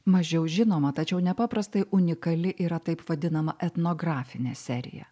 mažiau žinoma tačiau nepaprastai unikali yra taip vadinama etnografinė serija